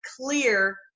clear